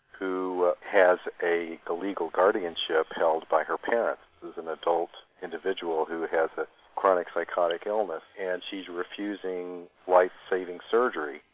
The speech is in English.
who has a legal guardianship held by her parents, who is an adult individual who has a chronic psychotic illness. and she's refusing life-saving surgery.